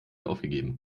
aufgegeben